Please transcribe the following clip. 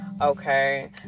Okay